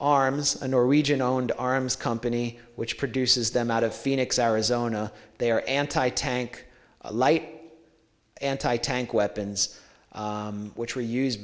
arms a norwegian owned arms company which produces them out of phoenix arizona they are anti tank light anti tank weapons which were used